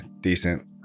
decent